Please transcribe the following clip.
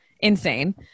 Insane